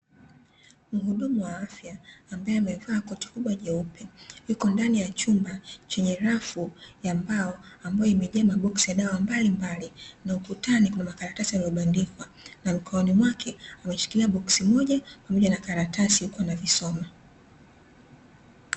Muhudumu wa afya ambae amevaa koti kubwa jeupe yupo ndani ya chumba chenye rafu ya mbao ambayo imejaa maboksi ya dawa mbalimbali, na ukutani kuna makaratasi yaliyobandikwa na mkononi mwake ameshikilia boksi moja pamoja na karatasi huku anavisoma.